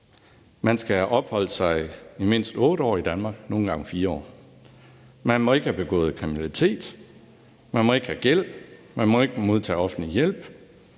man skal have opholdt sig mindst 8 år i Danmark, nogle gange 4 år, man må ikke have begået kriminalitet, man må ikke have gæld, man må ikke modtage offentlig hjælp,